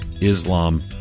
Islam